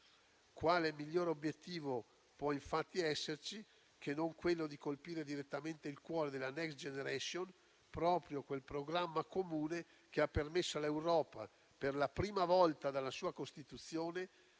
Quale miglior obiettivo può infatti esserci che non quello di colpire direttamente il cuore della Next generation EU, proprio quel programma comune che ha permesso all'Europa, per la prima volta dalla sua costituzione,